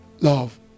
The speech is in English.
love